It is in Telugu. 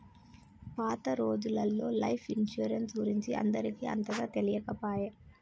పాత రోజులల్లో లైఫ్ ఇన్సరెన్స్ గురించి అందరికి అంతగా తెలియకపాయె